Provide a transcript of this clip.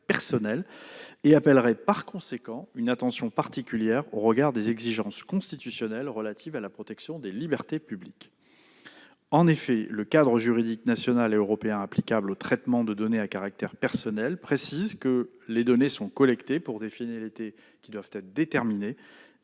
personnel et appellerait par conséquent une attention particulière au regard des exigences constitutionnelles relatives à la protection des libertés publiques. En effet, le cadre juridique national et européen applicable aux traitements de données à caractère personnel précise que les données sont collectées pour des finalités qui doivent être déterminées,